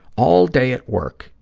all day at work,